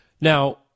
Now